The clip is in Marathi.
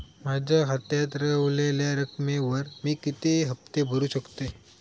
माझ्या खात्यात रव्हलेल्या रकमेवर मी किती हफ्ते भरू शकतय?